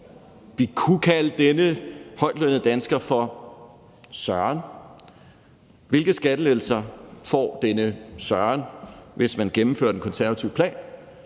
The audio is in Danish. Vi kunne kalde denne højtlønnede dansker for Søren. Hvilke skattelettelser får denne Søren, hvis man gennemfører den konservative plan?